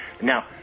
Now